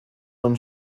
when